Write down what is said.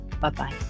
bye-bye